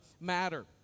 matter